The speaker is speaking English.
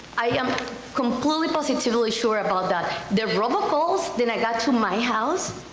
i am completely positively sure about that. the robocalls that i got to my house,